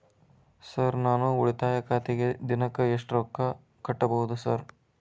Sir ನಾನು ಉಳಿತಾಯ ಖಾತೆಗೆ ದಿನಕ್ಕ ಎಷ್ಟು ರೊಕ್ಕಾ ಕಟ್ಟುಬಹುದು ಸರ್?